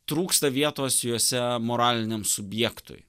trūksta vietos jose moraliniam subjektui